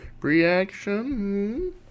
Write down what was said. reaction